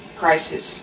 crisis